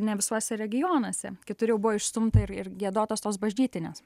ne visuose regionuose kitur jau buvo išstumta ir ir giedotos tos bažnytinės